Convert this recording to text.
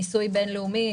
מיסוי בין-לאומי,